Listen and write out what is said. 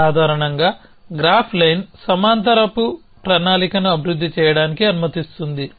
సాధారణంగా graph line సమాంతర ప్రణాళికను అభివృద్ధి చేయడానికి అనుమతిస్తుంది